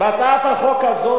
אדוני היושב-ראש,